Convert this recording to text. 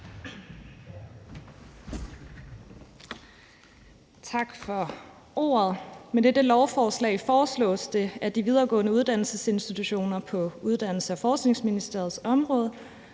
Tak for ordet. Med dette lovforslag foreslås det, at de videregående uddannelsesinstitutioner på Uddannelses- og Forskningsministeriets område